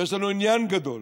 ויש לנו עניין גדול